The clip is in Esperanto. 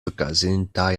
okazintaj